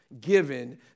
given